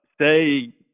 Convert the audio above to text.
say